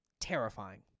terrifying